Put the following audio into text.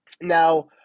Now